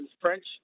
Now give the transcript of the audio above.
French